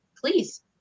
please